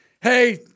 hey